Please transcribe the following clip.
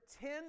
ten